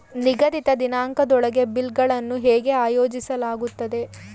ನಿಗದಿತ ದಿನಾಂಕದೊಳಗೆ ಬಿಲ್ ಗಳನ್ನು ಹೇಗೆ ಆಯೋಜಿಸಲಾಗುತ್ತದೆ?